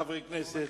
חברי הכנסת,